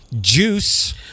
Juice